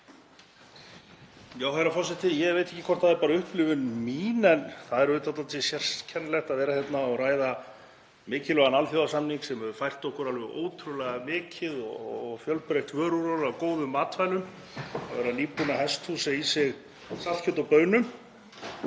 Herra forseti. Ég veit ekki hvort það er bara upplifun mín en það er auðvitað dálítið sérkennilegt að vera hérna og ræða mikilvægan alþjóðasamning, sem hefur fært okkur alveg ótrúlega mikið og fjölbreytt vöruúrval af góðum matvælum, og vera nýbúinn að hesthúsa í sig saltkjöt og baunir